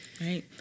right